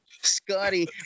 Scotty